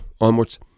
onwards